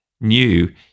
new